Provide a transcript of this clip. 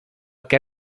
què